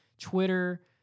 Twitter